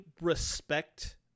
respect